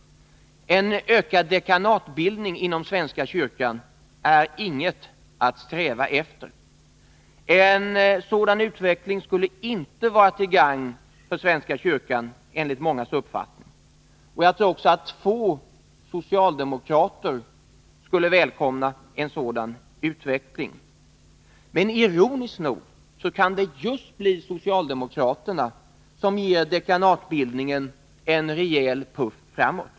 En ökad dekanatbildning inom svenska kyrkan är inget att sträva efter. En sådan utveckling skulle inte vara till gagn för svenska kyrkan enligt mångas uppfattning. Jag tror att få socialdemokrater skulle välkomna en sådan utveckling. Men ironiskt nog kan det bli just socialdemokraterna som ger dekanatbildningen en rejäl puff framåt.